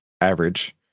average